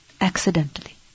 accidentally